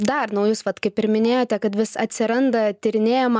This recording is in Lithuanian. dar naujus vat kaip ir minėjote kad vis atsiranda tyrinėjama